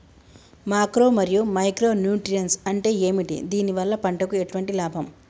Macro మరియు micro nutrients అంటే ఏమిటి? దీనివల్ల పంటకు ఎటువంటి లాభం?